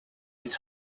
it’s